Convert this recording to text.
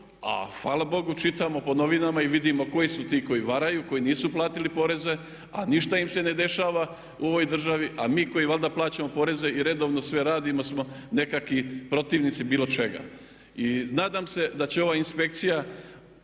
a hvala Bogu čitamo po novinama i vidimo koji su ti koji varaju, koji nisu platili poreze a ništa im se ne dešava u ovoj državi a mi koji valjda plaćamo poreze i redovno sve radimo smo nekakvi protivnici bilo čega. I nadam se da će ova inspekcija,